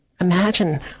Imagine